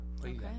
Okay